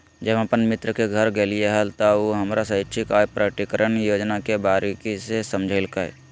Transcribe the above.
जब हम अपन मित्र के घर गेलिये हल, त उ हमरा स्वैच्छिक आय प्रकटिकरण योजना के बारीकि से समझयलकय